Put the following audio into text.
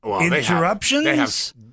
interruptions